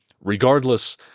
Regardless